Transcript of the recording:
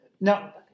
Now